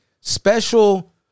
special